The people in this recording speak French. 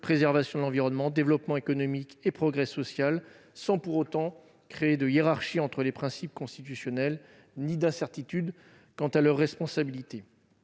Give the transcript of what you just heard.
préservation de l'environnement, développement économique et progrès social -, sans pour autant créer de hiérarchie entre les principes constitutionnels ni d'incertitude quant à leur responsabilité.